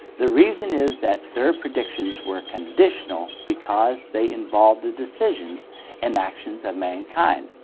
the reason is that their predictions were conditional because they involved the decisions and actions of mankind.